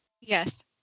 Yes